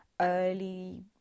early